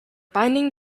binding